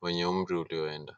wenye umri ulioenda.